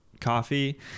coffee